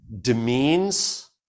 demeans